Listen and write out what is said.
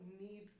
need